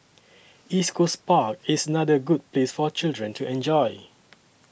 East Coast Park is another good place for children to enjoy